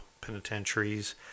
penitentiaries